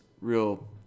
real